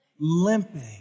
limping